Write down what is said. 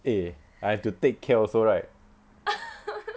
eh I have to take care also right